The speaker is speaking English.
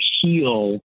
heal